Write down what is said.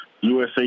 USA